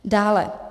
Dále.